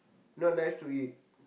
not nice to eat